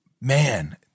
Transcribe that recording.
Man